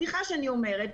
סליחה שאני אומרת,